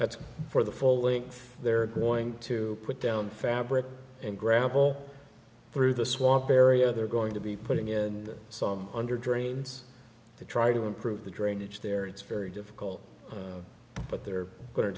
that's for the full length they're going to put down fabric and gravel through the swamp area they're going to be putting in some under drains to try to improve the drainage there it's very difficult but they're go